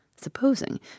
supposing